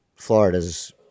Florida's